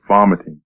vomiting